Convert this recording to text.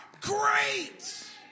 great